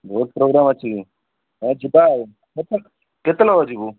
ବହୁତ ପ୍ରୋଗ୍ରାମ୍ ଅଛି ହଁ ଯିବା ଆଉ କେତେ ଲୋକ ଯିବୁ